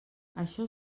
això